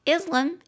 Islam